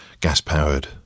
gas-powered